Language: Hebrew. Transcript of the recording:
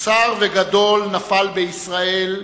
שר וגדול נפל בישראל,